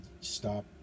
stop